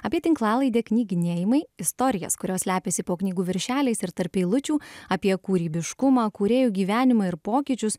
apie tinklalaidę knyginėjimai istorijas kurios slepiasi po knygų viršeliais ir tarp eilučių apie kūrybiškumą kūrėjų gyvenimą ir pokyčius